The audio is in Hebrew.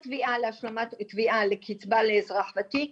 כל תביעה לקצבה לאזרח ותיק,